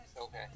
Okay